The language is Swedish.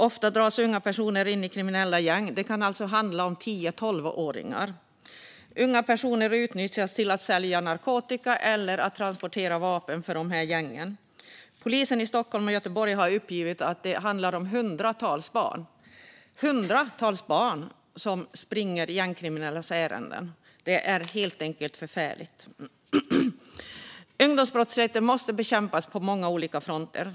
Ofta dras unga personer in i de kriminella gängen - det kan handla om tio till tolvåringar. Unga personer utnyttjas till att sälja narkotika eller transportera vapen åt gängen. Polisen i Stockholm och Göteborg har uppgivit att det handlar om hundratals barn som springer gängkriminellas ärenden. Det är helt enkelt förfärligt. Ungdomsbrottsligheten måste bekämpas på många olika fronter.